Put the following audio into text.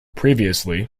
previously